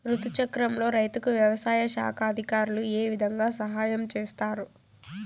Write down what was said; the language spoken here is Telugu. రుతు చక్రంలో రైతుకు వ్యవసాయ శాఖ అధికారులు ఏ విధంగా సహాయం చేస్తారు?